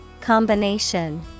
combination